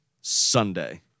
Sunday